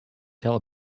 tell